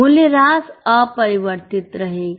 मूल्य ह्रास अपरिवर्तित रहेगा